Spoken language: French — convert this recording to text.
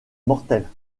mortelle